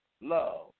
love